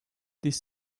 these